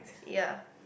ya